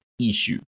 issue